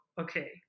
okay